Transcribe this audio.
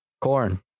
Corn